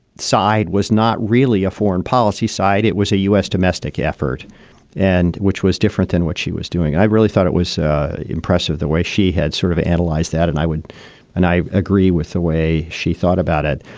side was not really a foreign policy side. it was a u s. domestic effort and which was different than what she was doing. i really thought it was impressive the way she had sort of analyzed that. and i would and i agree with the way she thought about it,